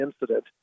incident